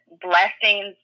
blessings